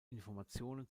informationen